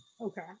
Okay